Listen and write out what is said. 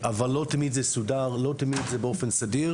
אבל לא תמיד זה מסודר ולא תמיד זה באופן סדיר